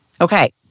Okay